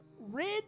rid